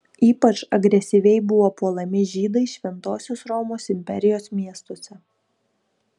ypač agresyviai buvo puolami žydai šventosios romos imperijos miestuose